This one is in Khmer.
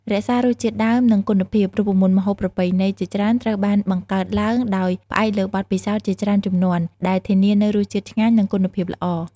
រក្សារសជាតិដើម និងគុណភាព រូបមន្តម្ហូបប្រពៃណីជាច្រើនត្រូវបានបង្កើតឡើងដោយផ្អែកលើបទពិសោធន៍ជាច្រើនជំនាន់ ដែលធានានូវរសជាតិឆ្ងាញ់ និងគុណភាពល្អ។